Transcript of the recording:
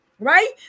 Right